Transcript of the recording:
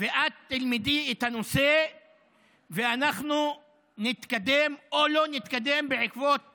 ואת תלמדי את הנושא ואנחנו נתקדם או לא נתקדם בעקבות